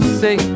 say